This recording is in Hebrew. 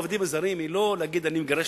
הבעיה בעובדים הזרים היא לא להגיד "אני מגרש